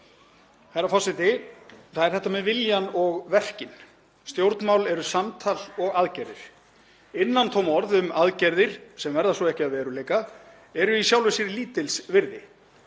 Það er þetta með viljann og verkin. Stjórnmál eru samtal og aðgerðir. Innantóm orð um aðgerðir sem verða ekki að veruleika eru í sjálfu sér lítils virði.